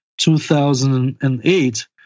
2008